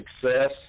success